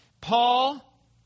Paul